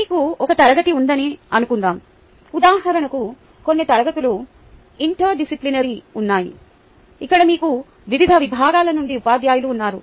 మీకు ఒక తరగతి ఉందని అనుకుందాం ఉదాహరణకు కొన్ని తరగతులు ఇంటర్ డిసిప్లినరీగా ఉన్నాయి ఇక్కడ మీకు వివిధ విభాగాల నుండి ఉపాధ్యాయులు ఉన్నారు